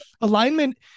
alignment